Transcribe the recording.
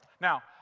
Now